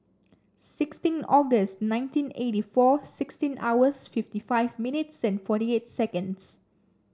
sixteen August nineteen eighty four sixteen hours fifty five minutes and forty eight seconds